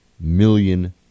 million